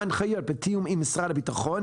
ההנחיות בתיאום עם משרד הביטחון,